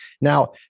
Now